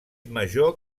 major